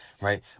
right